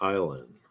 Island